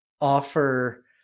offer